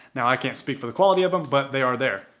now i can't speak for the quality of them, but they are there.